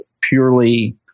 purely